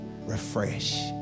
refresh